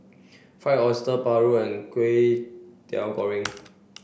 Fried Oyster Paru and Kway Teow Goreng